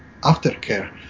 aftercare